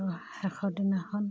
আৰু শেষৰ দিনাখন